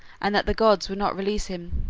and that the gods would not release him,